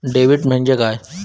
Debit म्हणजे काय?